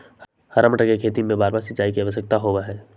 हरा मटर के खेत में बारबार सिंचाई के आवश्यकता होबा हई